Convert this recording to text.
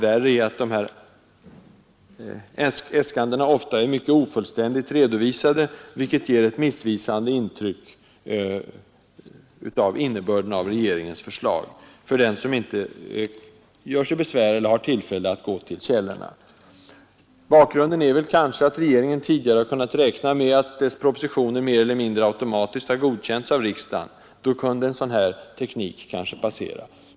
Värre är att dessa anslagsäskanden ofta är ofullständigt redovisade, vilket ger ett missvisande intryck av innebörden i regeringens förslag för den, som inte gör sig besvär eller har tillfälle att gå till källorna. Bakgrunden är kanske att regeringen tidigare har kunnat räkna med att dess propositioner mer eller mindre automatiskt har godkänts av riksdagen. Då kunde en sådan här propositionsteknik kanske passera.